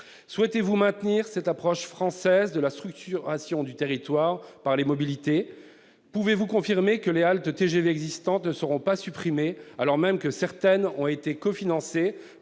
Souhaitez-vous maintenir cette approche française de la structuration du territoire par les mobilités ? Pouvez-vous confirmer que les haltes TGV existantes ne seront pas supprimées alors même que certaines ont été cofinancées